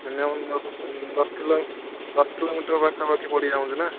minimum ଦଶ kilo ଦଶ kilometre ପାଖାପାଖି ପଡ଼ିଯାଉଛି ନା